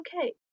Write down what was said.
okay